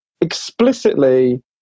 explicitly